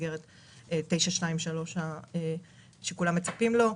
במסגרת 923 שכולם מצפים לה.